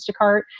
Instacart